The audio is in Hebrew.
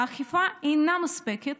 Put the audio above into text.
האכיפה אינה מספקת,